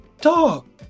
Dog